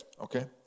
okay